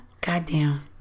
Goddamn